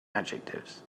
adjectives